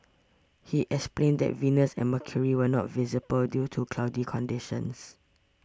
he explained that Venus and Mercury were not visible due to cloudy conditions